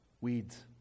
weeds